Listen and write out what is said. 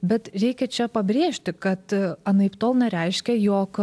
bet reikia čia pabrėžti kad anaiptol nereiškia jog